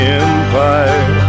empire